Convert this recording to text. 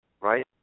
right